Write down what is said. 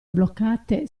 bloccate